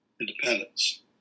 independence